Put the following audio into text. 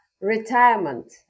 Retirement